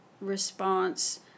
response